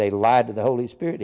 they lied to the holy spirit